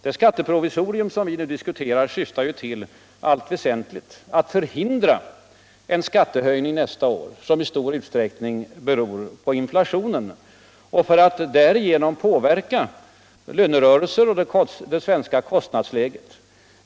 Det skatteprovisorium som vi nu diskuterar syftar r allt väsenthgt till avt förhindra en skattehöjning nästa år som skulle bero på inflationen i kombination med progressiviteten i skattesystemet.